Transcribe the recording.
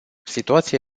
situația